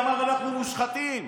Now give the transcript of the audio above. מיארה, אני רוצה לספר לך.